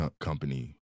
Company